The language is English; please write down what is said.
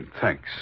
thanks